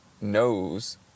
knows